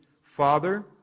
Father